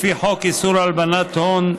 לפי חוק איסור הלבנת הון,